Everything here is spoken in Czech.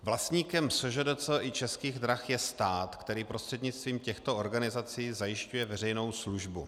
Vlastníkem SŽDC i Českých drah je stát, který prostřednictvím těchto organizací zajišťuje veřejnou službu.